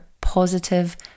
positive